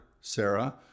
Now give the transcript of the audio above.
Sarah